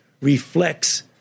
reflects